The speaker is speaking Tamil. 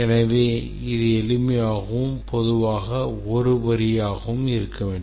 எனவே இது எளிமையாகவும் பொதுவாக ஒரு வரியாகவும் இருக்க வேண்டும்